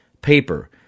paper